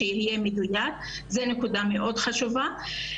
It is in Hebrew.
שיהיה לא מדויק.